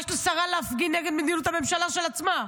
מה יש לשרה להפגין נגד מדינת ממשלה של עצמה?